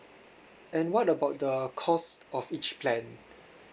and what about the cost of each plan